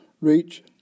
reach